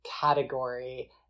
category